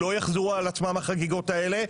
לא יחזרו על עצמן החגיגות האלה,